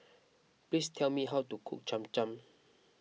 please tell me how to cook Cham Cham